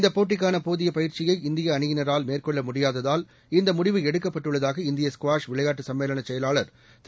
இந்தப் போட்டிக்கான போதிய பயிற்சியை இந்திய அணியினரால் மேற்கொள்ள முடியாததால் இந்த முடிவு எடுக்கப்பட்டுள்ளதாக இந்திய ஸ்குவாஷ் விளையாட்டு சம்மேளன செயலாளர் திரு